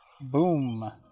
Boom